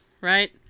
right